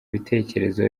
bitekerezo